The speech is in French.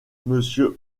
monsieur